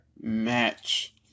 match